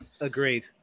Agreed